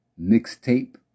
mixtape